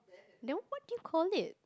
then what do you call it